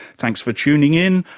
thanks for tuning in,